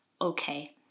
okay